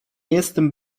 jestem